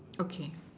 okay